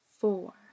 four